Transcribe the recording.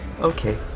Okay